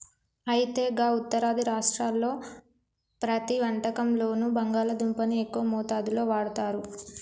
అయితే గా ఉత్తరాది రాష్ట్రాల్లో ప్రతి వంటకంలోనూ బంగాళాదుంపని ఎక్కువ మోతాదులో వాడుతారు